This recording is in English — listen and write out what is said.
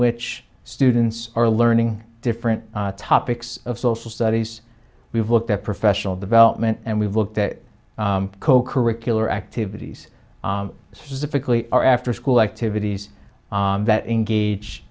which students are learning different topics of social studies we've looked at professional development and we've looked at co curricular activities specifically our after school activities that engage